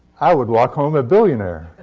i would walk home a billionaire,